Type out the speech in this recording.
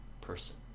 person